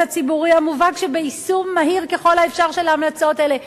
הציבורי המובהק שביישום מהיר ככל האפשר של ההמלצות האלה.